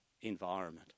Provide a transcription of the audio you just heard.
environment